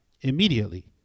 immediately